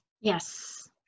Yes